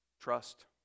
Trust